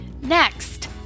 Next